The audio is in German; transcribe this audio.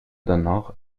danach